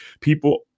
People